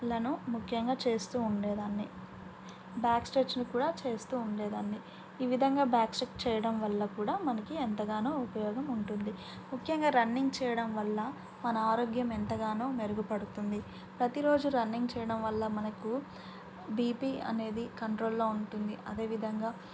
లను ముఖ్యంగా చేస్తూ ఉండేదాన్ని బ్యాక్ స్ట్రెచ్ని కూడా చేస్తూ ఉండేదాన్ని ఈ విధంగా బ్యాక్ స్ట్రెచ్ చేయడం వల్ల కూడా మనకి ఎంతగానో ఉపయోగం ఉంటుంది ముఖ్యంగా రన్నింగ్ చేయడం వల్ల మన ఆరోగ్యం ఎంతగానో మెరుగుపడుతుంది ప్రతిరోజు రన్నింగ్ చేయడం వల్ల మనకు బీపీ అనేది కంట్రోల్లో ఉంటుంది అదేవిధంగా